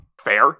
Fair